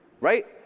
right